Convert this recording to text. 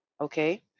Okay